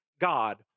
God